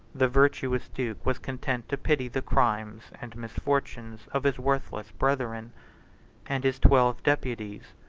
the virtuous duke was content to pity the crimes and misfortunes of his worthless brethren and his twelve deputies,